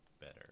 better